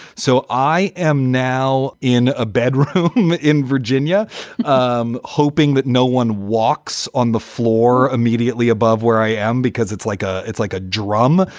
so i am now in a bedroom in virginia um hoping that no one walks on the floor immediately above where i am, because it's like ah it's like a drum.